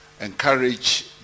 encourage